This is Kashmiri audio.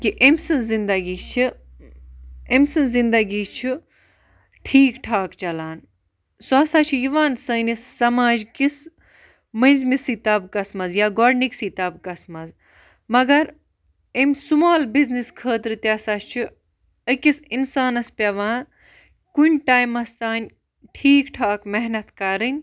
کہِ أمۍ سِنٛز زِنٛدَگی چھِ أمۍ سِنٛز زِنٛدَگی چھُ ٹھیٖک ٹھاک چَلان سُہ ہَسا چھِ یِوان سٲنِس سَماج کِس مٔنٛزمِسٕے طَبقَس مَنٛز گۄڈنِکسٕے طَبقَس مَنٛز مگر امہِ سمال بِزنٮ۪س خٲطرٕ تہِ ہَسا چھُ أکِس اِنسانَس پیٚوان کُنہ ٹایمَس تانۍ ٹھیٖک ٹھاک محنت کَرٕنۍ